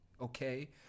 okay